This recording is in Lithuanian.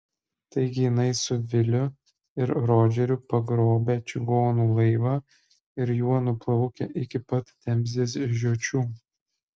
taigi jinai su viliu ir rodžeriu pagrobę čigonų laivą ir juo nuplaukę iki pat temzės žiočių